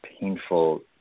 painful